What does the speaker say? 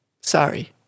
Sorry